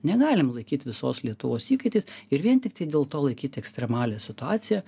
negalima laikyt visos lietuvos įkaitais ir vien tiktai dėl to laikyti ekstremalią situaciją